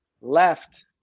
left